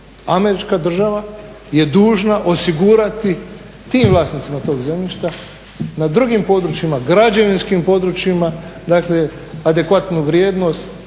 američka država je dužna osigurati tim vlasnicima tog zemljišta na drugim područjima, građevinskim područjima adekvatnu vrijednost